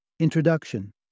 Introduction